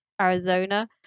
Arizona